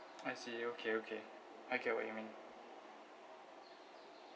I see okay okay I get what you mean